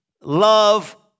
love